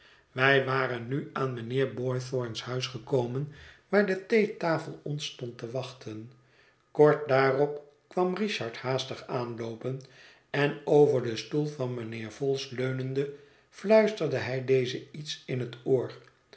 wij waren nu aan mijnheer boythorn's huis gekomen waar de theetafel ons stond te wachten kort daarop kwam richard haastig aanloopen en over den stoel van mijnheer vholes leunende fluisterde hij dezen iets in het oor